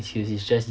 it's just